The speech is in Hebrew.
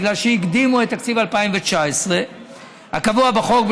בגלל שהקדימו את תקציב 2019 הקבוע בחוק,